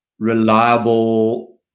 reliable